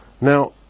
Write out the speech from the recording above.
Now